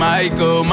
Michael